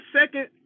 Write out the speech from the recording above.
second